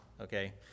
Okay